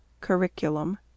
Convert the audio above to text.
Curriculum